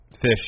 Fish